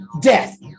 death